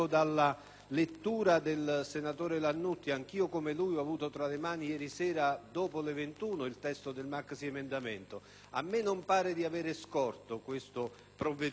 lettura del senatore Lanutti: anch'io, come lui, ho avuto tra le mani ieri sera dopo le 21 il testo del maxiemendamento e a me non pare di avere scorto questo provvedimento.